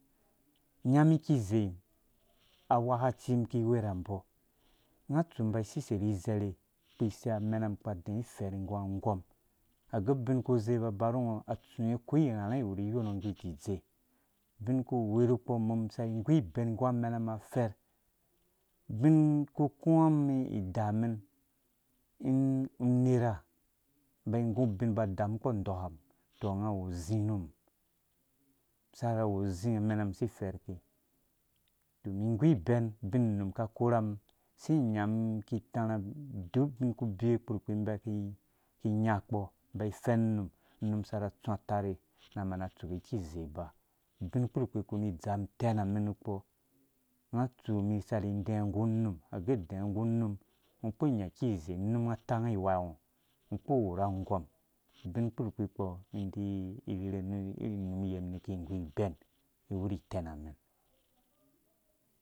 Inyamum kize awakacimum iki iwurambɔ unga atsu umum uba isisei izerhe ikpiri isei amenam akpura adɛɛ iferh nggu angɔm agɛ binkuze uba. uba ru ngɔ atsuule ko irhaha uwuri iyorngo ngge iki idze ubin uku uwe ru ukpɔ umum isai ingu ibɛn ingu amenamu afɛrh ubin uku ukuwa umum idamɛ in unera inba igu ubin uba udamukpɔ undɔkam tɔ unga awu uzi ru umum saka awu uzi amenamum asi ifɛɛrke tɔ umum igu ibɛn ubin unum aka akora umum isi ingam kita rha duk ubin kubewe ukpurkpi umbi iki inya kpɔ inba ifɛn unum unum asaka atsu atare na mana atsuke kize iba ubin kpurkpi wku ni idzaa umum itɛnamɛm nukpo unga atsu umum isari indɛɛ nggu unum age udɛɛ nggu unum ungo ukpuru unga kize unum uga atanga iwango ungo ukpuru uwura angɔm ubinkpurkpi kpɔ umum iki irherhe ri iri inumyɛ umum iki ingu ibɛn iwuri itɛnamɛn